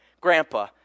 grandpa